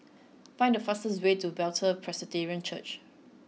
find the fastest way to Bethel Presbyterian Church